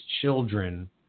children